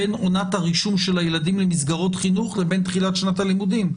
בין עונת הרישום של הילדים למסגרות חינוך לבין תחילת שנת הלימודים.